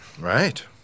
Right